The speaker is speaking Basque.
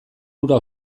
hura